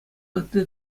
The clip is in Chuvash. ытти